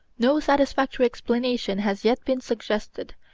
no satisfactory explanation has yet been suggested,